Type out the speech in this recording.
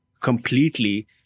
completely